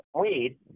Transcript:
weed